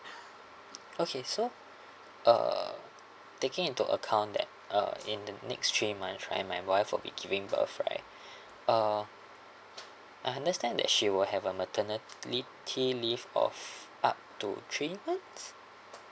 okay so uh taking into account that uh in the next three months right my wife will be giving birth right uh I understand that she will have a maternity leave of up to three months